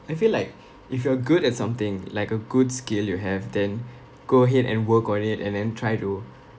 I feel like if you're good at something like a good skill you have then go ahead and work on it and then try to